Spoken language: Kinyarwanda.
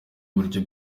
uburyo